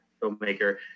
filmmaker